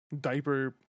diaper